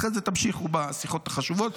אחרי זה תמשיכו בשיחות החשובות,